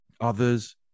Others